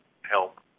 help